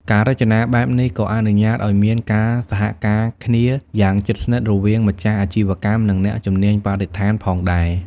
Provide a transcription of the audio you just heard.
ការរចនាបែបនេះក៏អនុញ្ញាតឱ្យមានការសហការគ្នាយ៉ាងជិតស្និទ្ធរវាងម្ចាស់អាជីវកម្ម និងអ្នកជំនាញបរិស្ថានផងដែរ។